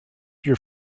your